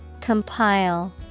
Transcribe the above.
Compile